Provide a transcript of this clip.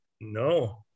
No